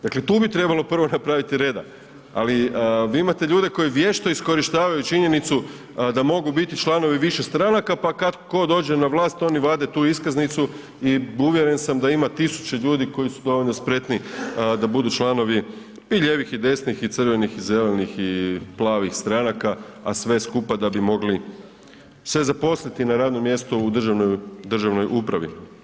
Dakle, tu bi trebalo prvo napraviti reda, ali vi imate ljude koji vješto iskorištavaju činjenicu da mogu biti članovi više stranaka pa kad ko dođe na vlast oni vade tu iskaznicu i uvjeren sam da ima 1000 ljudi koji su dovoljno spretni da budu članovi i lijevih i desnih i crvenih i zelenih i plavih stranaka, a sve skupa da bi mogli se zaposliti na radnom mjestu u državnoj upravi.